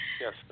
Yes